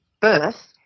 birth